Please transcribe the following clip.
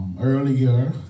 Earlier